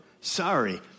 Sorry